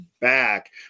back